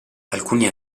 alcuni